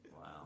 Wow